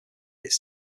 its